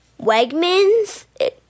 Wegmans